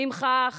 עם כך